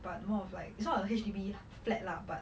but more of like it's not a H_D_B flat lah but